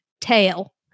tail